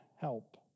help